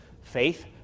faith